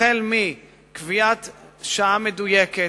מקביעת שעה מדויקת,